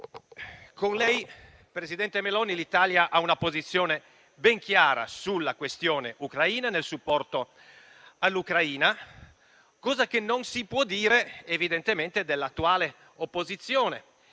Con lei, presidente Meloni, l'Italia ha una posizione ben chiara sulla questione ucraina e nel supporto all'Ucraina, cosa che non si può dire, evidentemente, dell'attuale opposizione.